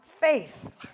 faith